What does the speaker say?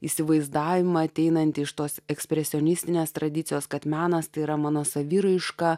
įsivaizdavimą ateinantį iš tos ekspresionistinės tradicijos kad menas tai yra mano saviraiška